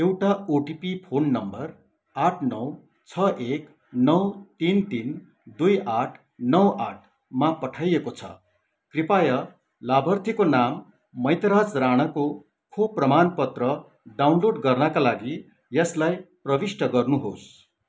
एउटा OTP phone number आठ नौ छ एक नौ तिन तिन दुई आठ नौ आठमा पठाइएको छ कृपया लाभार्थीको नाम मैतराज राणाको खोप प्रमाण पत्र डाउनलोड गर्नका लागि यसलाई प्रविष्ठ गर्नुहोस